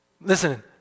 Listen